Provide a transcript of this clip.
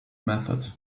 method